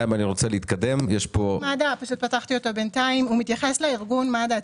חוק מד"א מתייחס לארגון מד"א עצמו,